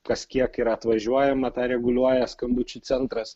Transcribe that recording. kas kiek yra atvažiuojama tą reguliuoja skambučių centras